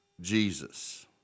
Jesus